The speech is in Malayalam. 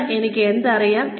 ഇന്ന് എനിക്ക് എന്തറിയാം